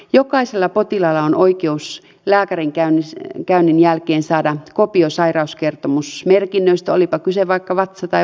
jokaisella potilaalla on oikeus lääkärin käynnin jälkeen saada kopio sairauskertomusmerkinnöistä olipa kyse vaikka vatsa tai varvasvaivasta